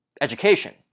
Education